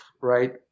right